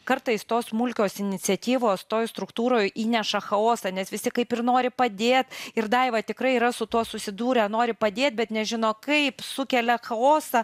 kartais tos smulkios iniciatyvos toj struktūroj įneša chaosą nes visi kaip ir nori padėt ir daiva tikrai yra su tuo susidūrę nori padėt bet nežino kaip sukelia chaosą